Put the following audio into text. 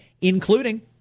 including